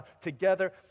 together